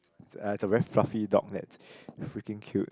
uh it's a very fluffy dog that's freaking cute